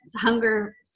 hunger